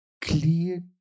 clear